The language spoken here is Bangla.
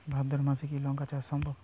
ভাদ্র মাসে কি লঙ্কা চাষ সম্ভব?